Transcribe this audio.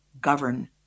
govern